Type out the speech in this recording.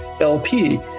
LP